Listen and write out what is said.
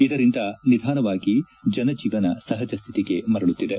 ಇದರಿಂದ ನಿಧಾನವಾಗಿ ಜನಜೀವನ ಸಹಜ ಸ್ಹಿತಿಗೆ ಮರಳುತ್ತಿದೆ